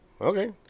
Okay